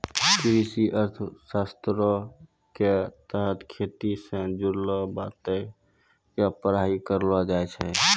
कृषि अर्थशास्त्रो के तहत खेती से जुड़लो बातो के पढ़ाई करलो जाय छै